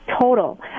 Total